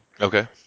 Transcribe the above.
Okay